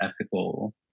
ethical